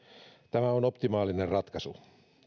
on optimaalinen ratkaisu